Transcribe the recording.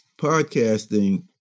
podcasting